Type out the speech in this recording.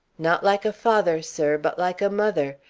not like a father, sir, but like a mother.